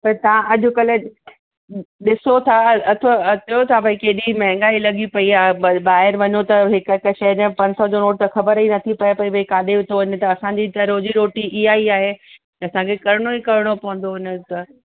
पर तव्हां अॼकल्ह ॾिसो था अचो अचो था भई केॾी मेहंगाई लॻी पई आ्हे ॿ ॿाहिरि वञो त हिकु हिकु शइ जा पंज सौ जो नोट त ख़बर ई न थी पए पई भई काॾे थो वञे त असांजी त रोजी रोटी इहा ई आहे त असांखे करिणो ई करिणो पवंदो न त